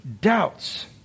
doubts